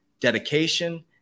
dedication